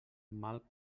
mal